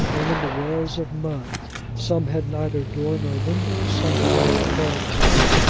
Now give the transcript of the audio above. and in the walls of mud some had neither door nor window some had nearly fallen down,